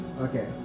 Okay